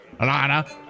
Alana